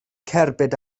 cerbyd